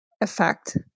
effect